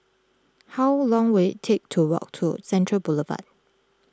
how long will it take to walk to Central Boulevard